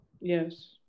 Yes